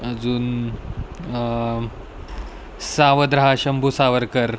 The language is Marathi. अजून सावध राहा शंभू सावरकर